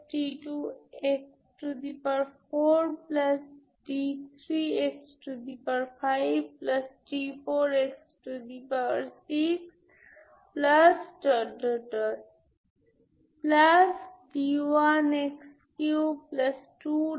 তাই একটি সময় সংকেত দেওয়া আমি এই ফাংশন Pns এর সাথে এটি বিচ্ছিন্ন ফ্রিকোয়েন্সি তৈরি করতে পারি এবং সেগুলি পেতে পারি আলাদা মানে 0 1 2 3